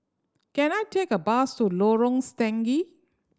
can I take a bus to Lorong Stangee